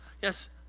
yes